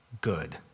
good